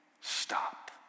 Stop